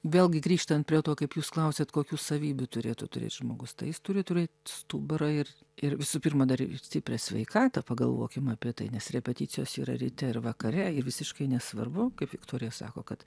vėlgi grįžtant prie to kaip jūs klausėt kokių savybių turėtų turėt žmogus tai jis turi turėt stubarą ir ir visų pirma dar stiprią sveikatą pagalvokim apie tai nes repeticijos yra ryte ir vakare ir visiškai nesvarbu kaip viktorija sako kad